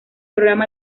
programa